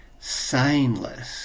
Signless